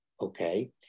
okay